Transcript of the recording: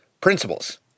principles